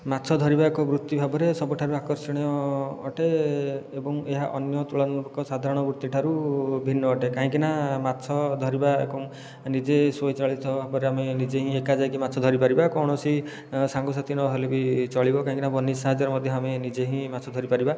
ମାଛ ଧରିବାକୁ ବୃତ୍ତି ଭାବରେ ସବୁଠାରୁ ଆକର୍ଷଣୀୟ ଅଟେ ଏବଂ ଏହା ଅନ୍ୟ ତୁଳନାତ୍ମକ ସାଧାରଣ ବୃତ୍ତି ଠାରୁ ଭିନ୍ନ ଅଟେ କାହିଁକିନା ମାଛ ଧରିବା ଏକ ନିଜେ ସ୍ୱଚାଳିତ ପରେ ଆମେ ନିଜେ ହିଁ ଏକା ଯାଇକି ମାଛ ଧରି ପାରିବା କୌଣସି ସାଙ୍ଗସାଥୀ ନହେଲେ ବି ଚଳିବ କାହିଁକି ନାଁ ବନିଶ ସାହାଯ୍ୟରେ ମଧ୍ୟ ଆମେ ନିଜେ ହିଁ ମାଛ ଧରିପାରିବା